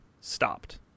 stopped